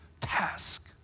task